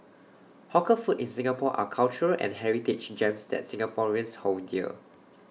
hawker food in Singapore are cultural and heritage gems that Singaporeans hold dear